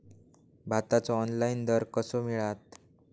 भाताचो ऑनलाइन दर कसो मिळात?